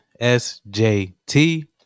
SJT